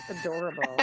Adorable